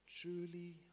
truly